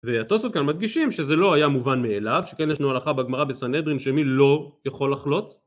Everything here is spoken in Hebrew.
והטוספות כאן מדגישים שזה לא היה מובן מאליו, שכן ישנו הלכה בהגמרה בסנהדרין שמי לא יכול לחלוץ?